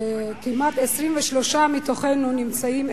שכמעט 23 מתוכנו נמצאים.